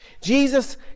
Jesus